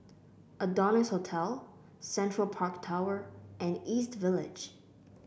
Adonis Hotel Central Park Tower and East Village